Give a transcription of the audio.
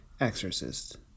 Exorcist